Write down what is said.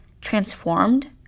transformed